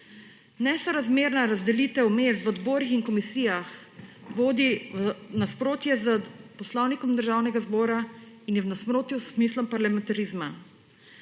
Nesorazmerna razdelitev mest v odborih in komisijah vodi v nasprotje s Poslovnikom Državnega zbora in je v nasprotju s smislom parlamentarizma.